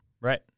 Right